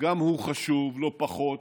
והוא חשוב לא פחות